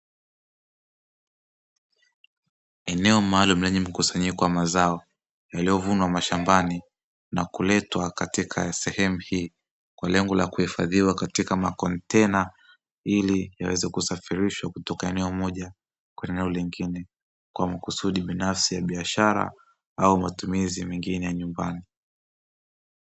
Eneo maalumu lenye mkusanyiko wa mazao yaliyovunwa mashambani na kuletwa katika sehemu hii, kwa lengo la kuhifadhiwa katika makontena ili yaweze kusafirishwa kutoka eneo moja kwenda eneo lingine, kwa makusudi binafsi ya biashara au matumizi mengine ya nyumbani.